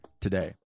today